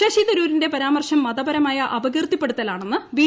ശശി തരൂരിന്റെ പരാമർശം മതപരമായ അപകീർത്തിപ്പെടുത്തലാണെന്ന് ബി